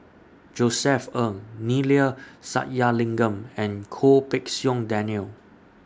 Josef Ng Neila Sathyalingam and Goh Pei Siong Daniel